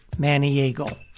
Maniego